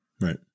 Right